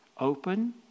open